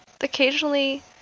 occasionally